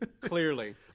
Clearly